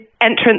entrance